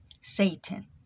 Satan